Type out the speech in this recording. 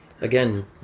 Again